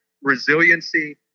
resiliency